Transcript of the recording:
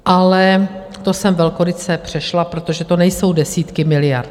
Ale to jsem velkoryse přešla, protože to nejsou desítky miliard.